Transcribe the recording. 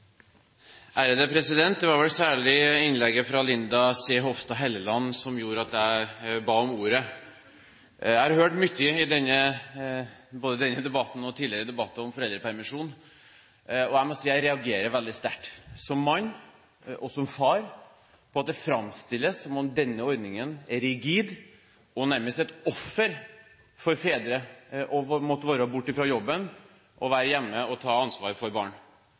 Det var særlig innlegget fra Linda C. Hofstad Helleland som gjorde at jeg ba om ordet. Jeg har hørt mye både i denne debatten og i tidligere debatter om foreldrepermisjon, og jeg må si at jeg reagerer veldig sterkt som mann og som far på at det framstilles som om denne ordningen er rigid, og som om det nærmest er et offer for fedre å måtte være borte fra jobben og være hjemme og ta ansvar for barn.